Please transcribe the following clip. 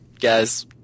guys